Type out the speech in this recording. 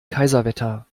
kaiserwetter